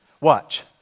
Watch